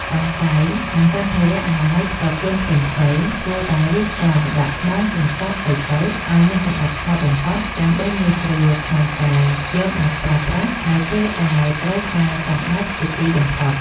កន្សែង និង សម្ភារៈអនាម័យផ្ទាល់ខ្លួនផ្សេងៗគួរតែរៀបចំដាក់ក្នុងកញ្ចប់តូចៗឱ្យមានសណ្ដាប់ធ្នាប់បំផុតដើម្បីងាយស្រួលក្នុងការយកមកប្រើប្រាស់នៅពេលដែលត្រូវការចាំបាច់ជាទីបំផុត។